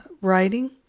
Writing